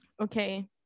Okay